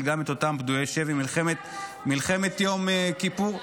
גם את אותם פדויי שבי ממלחמת יום כיפור.